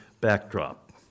backdrop